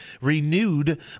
renewed